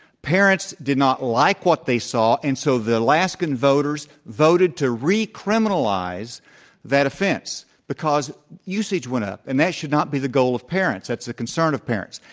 parents did not like what they saw, and so the alaskan voters voted to recriminalize that offense. because usage went up, and that should not be the goal of parents, that's the concern of parents.